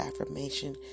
affirmation